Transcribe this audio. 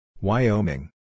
Wyoming